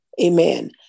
Amen